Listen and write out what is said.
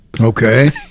Okay